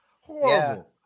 Horrible